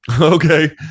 Okay